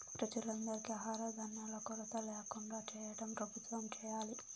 ప్రజలందరికీ ఆహార ధాన్యాల కొరత ల్యాకుండా చేయటం ప్రభుత్వం చేయాలి